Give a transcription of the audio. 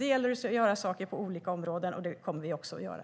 Det gäller att göra saker på olika områden, och det kommer vi också att göra.